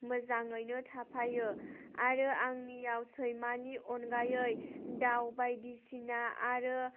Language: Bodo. मोजाङैनो थाफायो आरो आंनियाव सैमानि अनगायै दाव बायदिसिना आरो